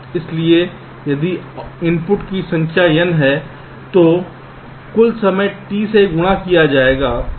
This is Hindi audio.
इसलिए यदि इनपुट की संख्या n है तो कुल समय T से गुणा किया जाएगा